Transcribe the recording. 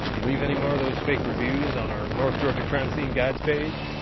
you leave anymore of those fake reviews on our north georgia crime scene guides page?